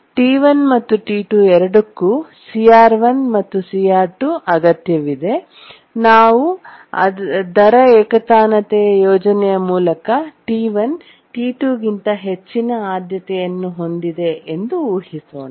T1 ಮತ್ತು T2 ಎರಡಕ್ಕೂ CR1 ಮತ್ತು CR2 ಅಗತ್ಯವಿದೆ ಮತ್ತು ನಾವು ದರ ಏಕತಾನತೆ ಯೋಜನೆಯ ಮೂಲಕ T1 T2 ಗಿಂತ ಹೆಚ್ಚಿನ ಆದ್ಯತೆಯನ್ನು ಹೊಂದಿದೆ ಎಂದು ಊಹಿಸೋಣ